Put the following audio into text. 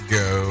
go